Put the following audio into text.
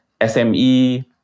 SME